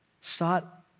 sought